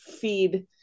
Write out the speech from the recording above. feed